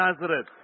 Nazareth